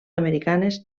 americanes